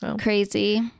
Crazy